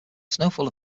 snowfall